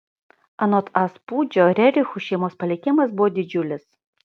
anot a spūdžio rerichų šeimos palikimas buvo didžiulis